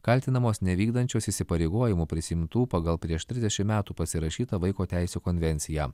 kaltinamos nevykdančios įsipareigojimų prisiimtų pagal prieš trisdešim metų pasirašytą vaiko teisių konvenciją